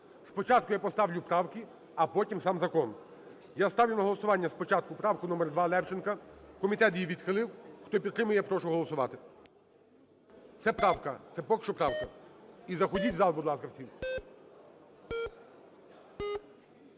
Спочатку я поставлю правки, а потім сам закон. Я ставлю на голосування спочатку правку номер 2Левченка. Комітет її відхилив. Хто підтримує, прошу голосувати. Це правка, це поки що правка. І заходьте в зал, будь ласка, всі.